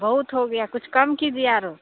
बहुत हो गया कुछ काम कीजिए आरो